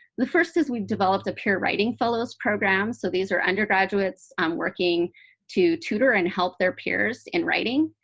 the first is we've developed a pure writing fellows program. so these are undergraduates um working to tutor and help their peers in writing.